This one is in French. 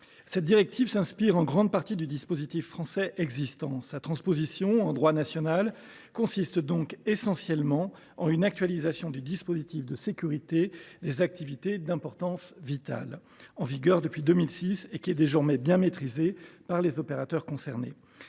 Cette directive s’inspire en grande partie du dispositif français existant. Sa transposition en droit national consiste donc essentiellement en une actualisation du dispositif de sécurité des activités d’importance vitale, en vigueur depuis 2006 et désormais bien maîtrisé par les opérateurs concernés.